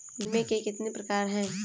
बीमे के कितने प्रकार हैं?